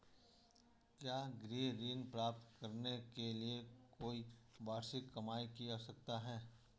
क्या गृह ऋण प्राप्त करने के लिए कोई वार्षिक कमाई की आवश्यकता है?